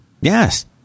Yes